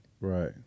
Right